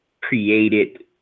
created